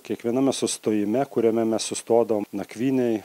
kiekviename sustojime kuriame mes sustodavom nakvynei